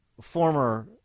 former